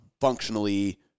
functionally